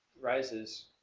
Rises*